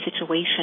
situation